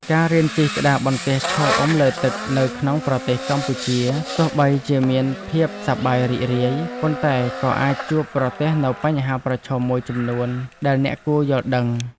ការរៀនជិះក្តារបន្ទះឈរអុំលើទឹកនៅក្នុងប្រទេសកម្ពុជា ទោះបីជាមានភាពសប្បាយរីករាយ ប៉ុន្តែក៏អាចជួបប្រទះនូវបញ្ហាប្រឈមមួយចំនួនដែលអ្នកគួរយល់ដឹង។